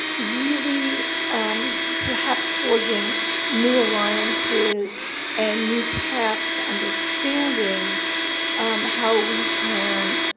really perhaps forging new alliances and new paths to understanding how we can